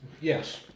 Yes